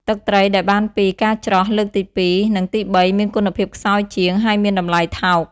ទឹកត្រីដែលបានពី ការច្រោះ លើកទីពីរ និងទីបីមានគុណភាពខ្សោយជាង ហើយមានតម្លៃថោក។